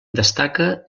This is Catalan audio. destaca